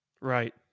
Right